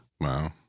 Wow